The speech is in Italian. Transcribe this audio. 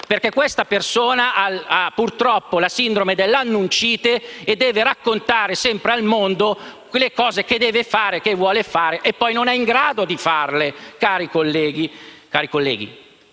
perché questa persona, purtroppo, ha la "sindrome dell'annuncite" e deve raccontare sempre al mondo le cose che vuole fare e che poi non è in grado di fare. Cari colleghi